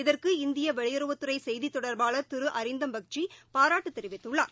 இதற்கு இந்தியவெளியுறவுத்துறைசெய்தித் தொடர்பாளர் திருஅரிந்தம் பக்ஷி பாராட்டுதெரிவித்துள்ளார்